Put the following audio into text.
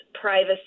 privacy